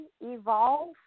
evolve